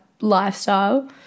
lifestyle